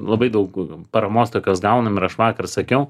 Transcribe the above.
labai daug paramos tokios gaunam ir aš vakar sakiau